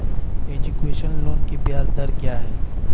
Education loan की ब्याज दर क्या है?